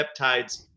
peptides